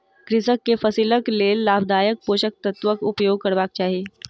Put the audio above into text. कृषक के फसिलक लेल लाभदायक पोषक तत्वक उपयोग करबाक चाही